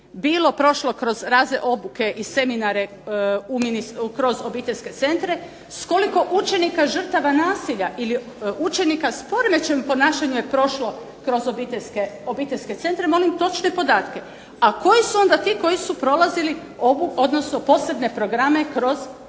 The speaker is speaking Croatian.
bilo kroz razne obuke i seminare, kroz obiteljske centre, s koliko učenika žrtava nasilja ili učenika s poremećajem ponašanja prošlo kroz obiteljske centre, molim točne podatke, a koji su ti koji su prolazili posebne programe kroz centre